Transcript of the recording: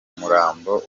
murambo